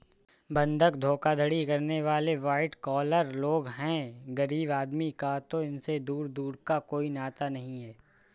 बंधक धोखाधड़ी करने वाले वाइट कॉलर लोग हैं गरीब आदमी का तो इनसे दूर दूर का कोई नाता नहीं है